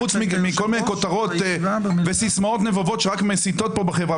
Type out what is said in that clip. חוץ כל מיני כותרות וסיסמאות נבובות שרק מסיתות בחברה,